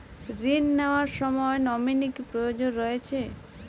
ঋণ নেওয়ার সময় নমিনি কি প্রয়োজন রয়েছে?